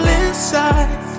inside